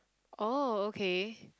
oh okay